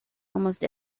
almost